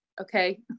Okay